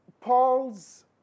Paul's